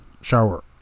shower